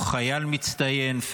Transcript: שאין מחלוקת על היותו חייל מצטיין,